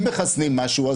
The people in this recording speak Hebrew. אם מחסנים משהו,